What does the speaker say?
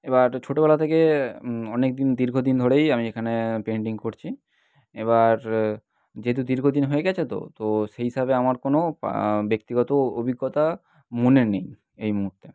এবার ছোটোবেলা থেকে অনেক দিন দীর্ঘ দিন ধরেই আমি এখানে পেন্টিং করছি এবার যেহেতু দীর্ঘ দিন হয়ে গেছে তো তো সেই হিসাবে আমার কোনো ব্যক্তিগত অভিজ্ঞতা মনে নেই এই মুহুর্তে